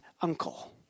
uncle